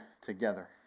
together